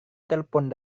telepon